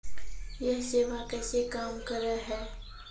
यह सेवा कैसे काम करै है?